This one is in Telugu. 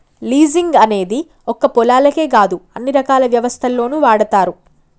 లీజింగ్ అనేది ఒక్క పొలాలకే కాదు అన్ని రకాల వ్యవస్థల్లోనూ వాడతారు